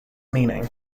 meaning